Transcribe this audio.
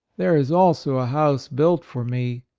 there is also a house built for me,